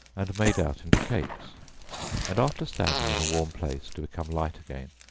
and made out into cakes and after standing in a warm place to become light again,